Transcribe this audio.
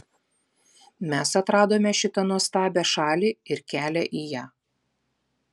mes atradome šitą nuostabią šalį ir kelią į ją